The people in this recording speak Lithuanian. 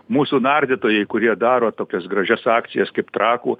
mūsų nardytojai kurie daro tokias gražias akcijas kaip trakų